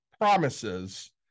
promises